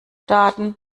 daten